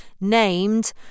named